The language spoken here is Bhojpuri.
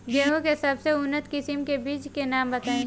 गेहूं के सबसे उन्नत किस्म के बिज के नाम बताई?